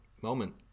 moment